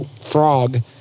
frog